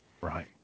Right